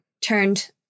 turned